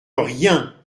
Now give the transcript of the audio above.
rien